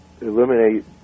eliminate